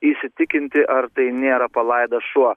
įsitikinti ar tai nėra palaidas šuo